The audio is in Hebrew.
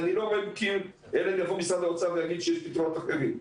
אני לא רואה שמישהו ממשרד האוצר יבוא ויגיד שיש פתרונות אחרים.